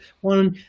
one